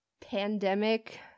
pandemic